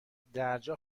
درجا